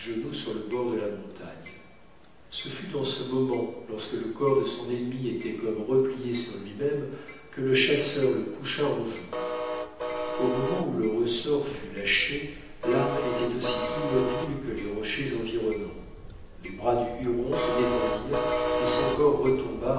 sur le bord de la montagne ce fut dans ce moment lorsque le corps de son ennemi était comme replié sur lui-même que le chasseur le coucha en joue au moment où le ressort fut lâché l'arme était aussi immobile que les rochers environnants les bras du huron se détendirent et son corps retomba